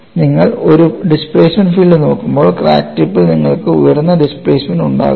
നിങ്ങൾ ഒരു displacement field നോക്കുമ്പോൾ ക്രാക്ക് ടിപ്പിൽ നിങ്ങൾക്ക് ഉയർന്ന ഡിസ്പ്ലേസ്മെൻറ് ഉണ്ടാകുമോ